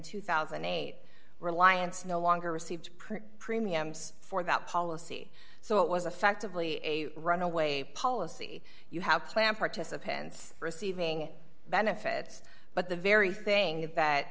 two thousand and eight reliance no longer received premiums for that policy so it was affectively a runaway policy you have planned participants receiving benefits but the very thing that